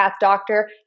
doctor